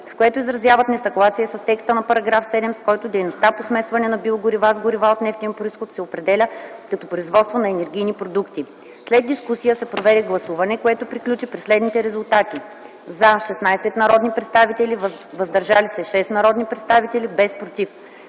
в което изразяват несъгласие с текста на § 7, с който дейността по смесване на биогорива с горива от нефтен произход се определя като производство на енергийни продукти. След дискусията се проведе гласуване, което приключи при следните резултати: „за” – 16 народни представители, „въздържали се” – 6 народни представители, без „против”.